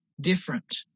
different